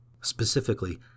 Specifically